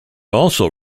also